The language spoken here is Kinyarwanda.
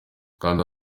kanda